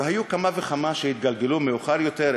והיו כמה וכמה שהתגלגלו מאוחר יותר,